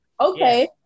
Okay